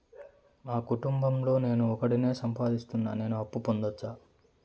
మా కుటుంబం లో నేను ఒకడినే సంపాదిస్తున్నా నేను అప్పు పొందొచ్చా